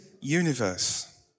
universe